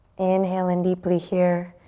inhale in deeply here.